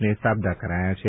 ને સાબદા કરાયાં છે